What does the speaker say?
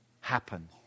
happen